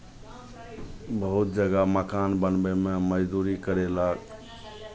बहुत जगह मकान बनबयमे मजदूरी करयलक